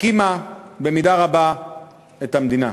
הקימה במידה רבה את המדינה,